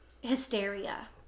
hysteria